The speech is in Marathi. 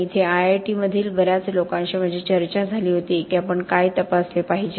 आणि इथे IIT मधील बर्याच लोकांशी माझी चर्चा झाली होती की आपण काय तपासले पाहिजे